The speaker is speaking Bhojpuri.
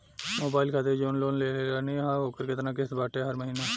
मोबाइल खातिर जाऊन लोन लेले रहनी ह ओकर केतना किश्त बाटे हर महिना?